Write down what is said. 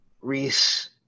Reese